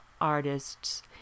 artists